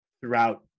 Throughout